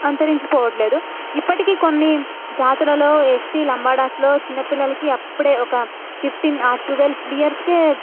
అంతరించిపోవడం లేదు ఇప్పటికీ కొన్ని జాతులలో ఎస్టీ లంబాడాస్లో చిన్నపిల్లలికి అప్పుడే ఒక ఫిఫ్టీన్ టువెల్ ఇయర్స్కే